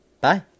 Bye